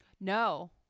No